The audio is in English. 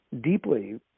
deeply